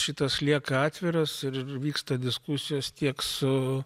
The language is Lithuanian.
šitas lieka atviras ir vyksta diskusijos tiek su